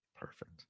Perfect